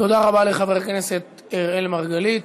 תודה רבה לחבר הכנסת אראל מרגלית.